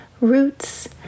Roots